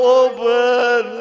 open